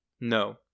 No